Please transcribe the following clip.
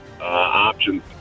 Options